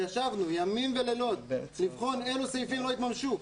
ישבנו לילות כימים לבחון אלו סעיפים לא התממשו,